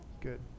good